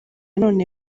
none